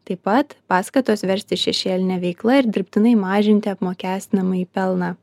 taip pat paskatos verstis šešėline veikla ir dirbtinai mažinti apmokestinamąjį pelną